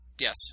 Yes